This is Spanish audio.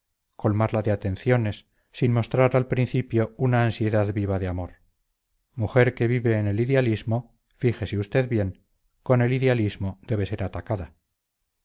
colmarla de atenciones sin mostrar al principio una ansiedad viva de amor mujer que vive en el idealismo fíjese usted bien con el idealismo debe ser atacada